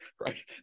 right